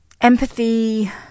empathy